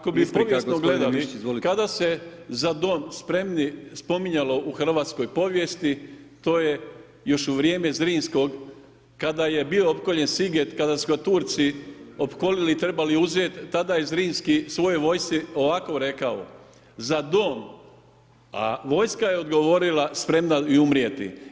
Kada se „Za dom spremni“ spominjalo u hrvatskoj povijesti, to je još u vrijeme Zrinskog, kada je bio opkoljen Siget, kada su ga Turci opkolili i trebali uzet, tada je Zrinski svojoj vojsci ovako rekao: „Za dom“, a vojska je odgovorila: „Spremna i umrijeti“